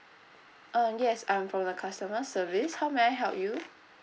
uh yes I'm from the customer service how may I help you